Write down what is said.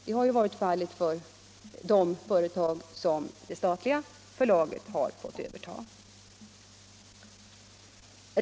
Det har varit fallet för de företag som det statliga förlaget har fått överta.